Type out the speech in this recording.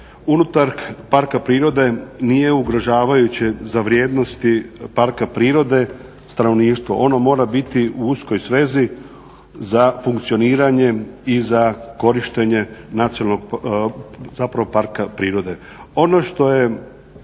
unutar parka prirode nije ugrožavajuće za vrijednosti parka prirode stanovništvo. Ono mora biti u uskoj svezi za funkcioniranje i za korištenje nacionalnog,